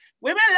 women